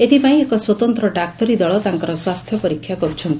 ଏଥିପାଇଁ ଏକ ସ୍ୱତନ୍ତ ଡାକ୍ତରୀ ଦଳ ତାକ୍କର ସ୍ୱାସ୍ଥ୍ୟ ପରୀକ୍ଷା କର୍ଛି